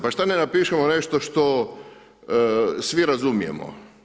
Pa šta ne napišemo nešto što svi razumijemo?